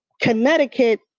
Connecticut